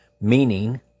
meaning